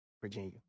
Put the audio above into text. Virginia